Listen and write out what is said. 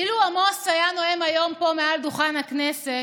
אילו עמוס היה נואם היום פה מעל דוכן הכנסת,